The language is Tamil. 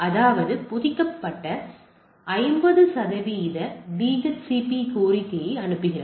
அதாவது புதுப்பிக்க 50 சதவீத டிஹெச்சிபி கோரிக்கையை அனுப்புகிறது